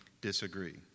disagree